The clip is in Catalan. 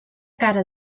cara